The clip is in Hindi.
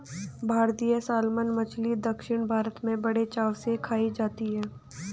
भारतीय सालमन मछली दक्षिण भारत में बड़े चाव से खाई जाती है